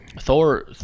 Thor